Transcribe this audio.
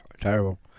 terrible